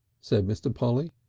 said mr. polly.